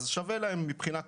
אז שווה להם מבחינה כספית.